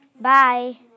Bye